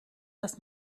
dass